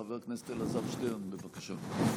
חבר הכנסת אלעזר שטרן, בבקשה.